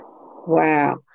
Wow